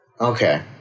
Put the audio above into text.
Okay